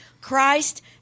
Christ